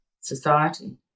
society